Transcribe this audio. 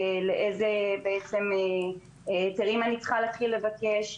איזה היתרים אני צריכה להתחיל לבקש,